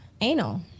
Anal